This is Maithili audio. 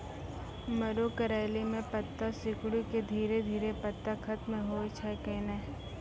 मरो करैली म पत्ता सिकुड़ी के धीरे धीरे पत्ता खत्म होय छै कैनै?